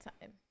time